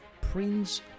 Prince